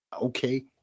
Okay